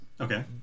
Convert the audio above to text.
Okay